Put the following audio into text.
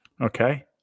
Okay